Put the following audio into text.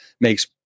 makes